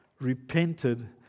repented